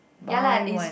buy one